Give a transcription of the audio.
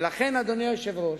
ולכן, אדוני היושב-ראש,